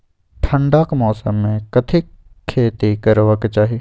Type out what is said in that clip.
ठंडाक मौसम मे कथिक खेती करबाक चाही?